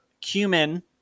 cumin